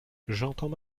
j’entends